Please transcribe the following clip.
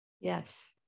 yes